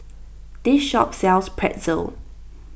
this shop sells Pretzel